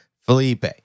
Felipe